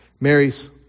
Mary's